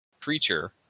creature